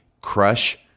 crush